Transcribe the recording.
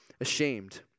ashamed